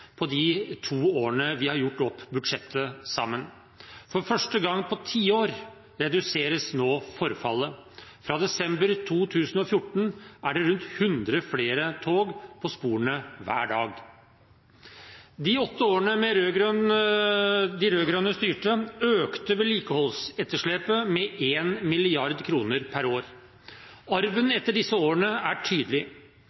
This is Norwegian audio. på de to årene vi har gjort opp budsjett sammen. For første gang på tiår reduseres nå forfallet. Fra desember 2014 er det rundt 100 flere tog på sporene hver dag. De åtte årene de rød-grønne styrte, økte vedlikeholdsetterslepet med 1 mrd. kr per år. Arven etter disse årene er tydelig.